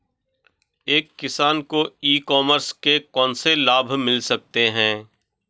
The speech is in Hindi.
एक किसान को ई कॉमर्स के कौनसे लाभ मिल सकते हैं?